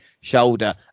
shoulder